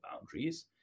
boundaries